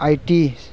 I T